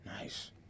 Nice